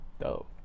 Dope